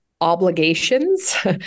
obligations